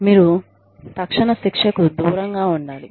మీరు తక్షణ శిక్షకు దూరంగా ఉండాలి